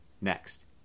next